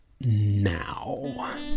now